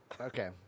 Okay